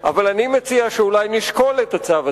אבל אני מציע שאולי נשקול את הצו הזה.